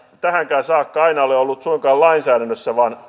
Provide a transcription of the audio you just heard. tähänkään saakka aina ole ollut suinkaan lainsäädännössä vaan